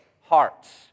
hearts